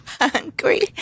hungry